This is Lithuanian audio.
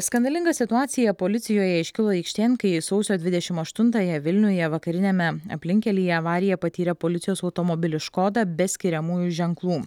skandalinga situacija policijoje iškilo aikštėn kai sausio dvidešimt aštuntąją vilniuje vakariniame aplinkkelyje avariją patyrė policijos automobilis škoda be skiriamųjų ženklų